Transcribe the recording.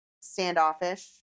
standoffish